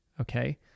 okay